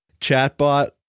chatbot